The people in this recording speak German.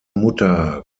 mutter